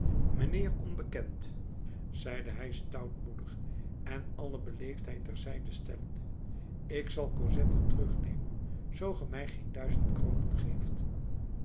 mijnheer onbekend zeide hij stoutmoedig en alle beleefdheid ter zijde stellende ik zal cosette terugnemen zoo ge mij geen duizend kronen geeft